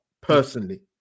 personally